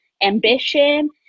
ambition